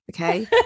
okay